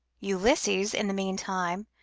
ulysses, in the meantime,